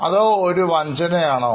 അതോ Fraud യാണോ